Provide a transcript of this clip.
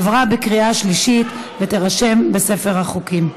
עברה בקריאה שלישית ותירשם בספר החוקים.